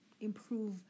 improve